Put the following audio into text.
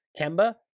Kemba